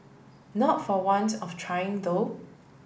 not for want of trying though